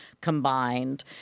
combined